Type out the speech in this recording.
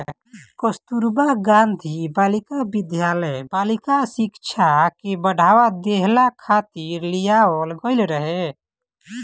कस्तूरबा गांधी बालिका विद्यालय बालिका शिक्षा के बढ़ावा देहला खातिर लियावल गईल रहे